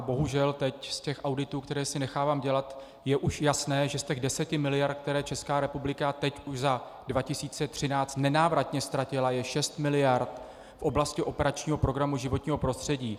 Bohužel teď z těch auditů, které si nechávám dělat, je už jasné, že z těch 10 miliard, které Česká republika teď už za 2013 nenávratně ztratila, je šest miliard v oblasti operačního programu Životního prostředí.